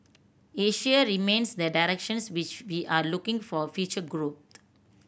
Asia remains the directions which we are looking for future grow